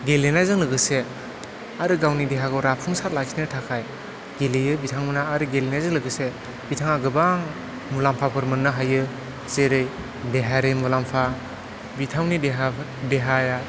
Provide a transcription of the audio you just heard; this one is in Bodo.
गेलेनायजों लोगोसे आरो गावनि देहाखौ राफुंसार लाखिनो थाखाय गेलेयो बिथांमोना आरो गेलेनायजों लोगोसे बिथाङा गोबां मुलाम्फाफोर मोननो हायो जेरै देहायारि मुलाम्फा बिथांनि देहा देहाया